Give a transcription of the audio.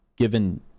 Given